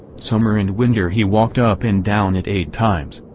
summer and winter he walked up and down it eight times,